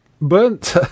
burnt